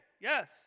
Yes